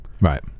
right